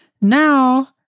now